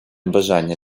бажання